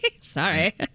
Sorry